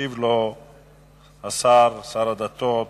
ישיב לו שר הדתות